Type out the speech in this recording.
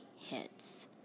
hits